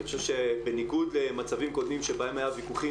אני חושב שבניגוד למצבים קודמים שבהם היו ויכוחים